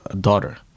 daughter